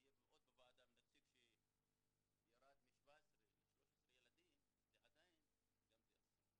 אם יהיה עוד בוועדה ונציג שירד מ-17 ל-13 ילדים זה עדיין גם אסון.